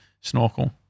snorkel